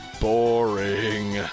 Boring